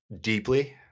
deeply